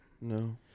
No